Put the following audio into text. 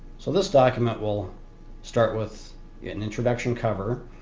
so this document will start with an introduction cover,